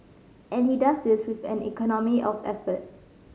and he does this with an economy of effort